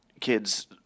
kids